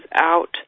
out